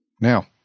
now